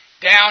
down